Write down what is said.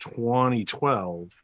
2012